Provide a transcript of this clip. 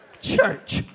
church